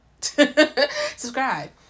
Subscribe